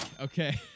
Okay